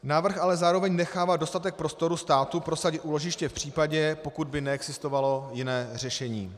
Návrh ale zároveň nechává dostatek prostoru státu prosadit úložiště v případě, pokud by neexistovalo jiné řešení.